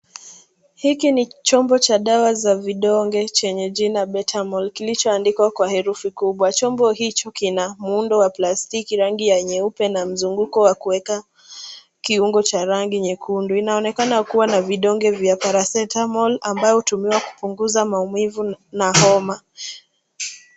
Hiki ni chombo cha dawa za vidonge chenye jina BETAMOL kilichoandikwa kwa herufi kubwa chombo hicho kina muundo wa plastiki rangi ya nyeupe na mzunguko wa kuweka kiungo cha rangi nyekundu, inaonekana kuwa na vidonge vya paracetamol ambao hutumiwa kupunguza maumivu na homa.